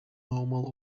normal